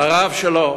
לרב שלו,